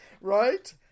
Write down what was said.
Right